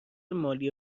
مالی